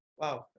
Wow